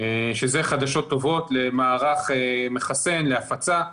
שזה חדשות טובות למערך מְחַסֵּן להפצה.